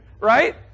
right